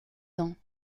ans